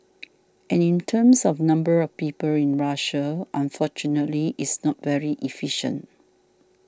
and in terms of number of people in Russia unfortunately it's not very efficient